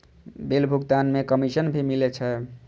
Bill भुगतान में commission भी मिले छै?